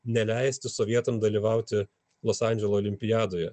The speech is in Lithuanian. neleisti sovietam dalyvauti los andželo olimpiadoje